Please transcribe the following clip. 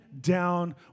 down